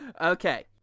Okay